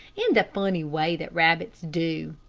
in the funny way that rabbits do.